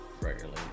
regularly